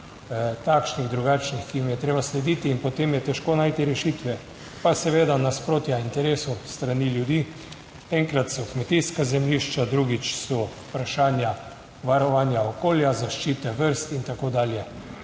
takšnih drugačnih, ki jim je treba slediti in potem je težko najti rešitve, pa seveda nasprotja interesov s strani ljudi, enkrat so kmetijska zemljišča, drugič so vprašanja varovanja okolja, zaščite vrst in tako dalje,